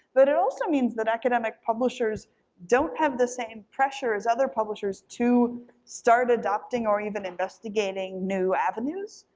but it also means that academic publishers don't have the same pressure as other publishers to start adopting or even investigating new avenues,